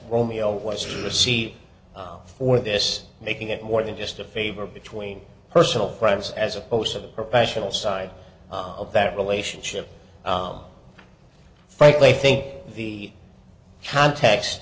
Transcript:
romeo was received for this making it more than just a favor between personal friends as opposed to the professional side of that relationship frankly i think the context